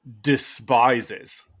despises